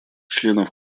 членов